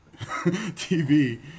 TV